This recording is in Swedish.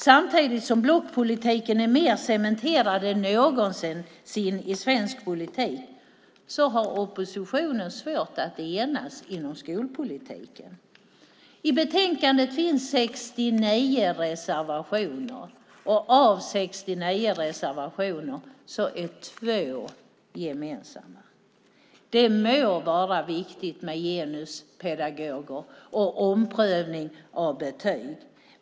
Samtidigt som blockpolitiken är mer cementerad än någonsin i svensk politik har oppositionen svårt att enas i skolpolitiken. I betänkandet finns 69 reservationer. Av dessa 69 reservationer är två gemensamma. Det må vara viktigt med genuspedagoger och omprövning av betyg.